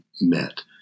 met